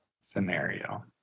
scenario